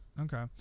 Okay